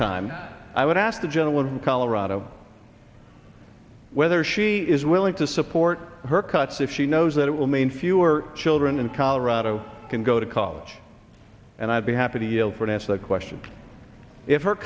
time i would ask the gentleman from colorado whether she is willing to support her cuts if she knows that it will mean fewer children in colorado can go to college and i'd be happy to yield for half the question if her